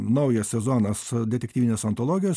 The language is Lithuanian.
naujas sezonas detektyvinės antologijos